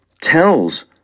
tells